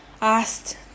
asked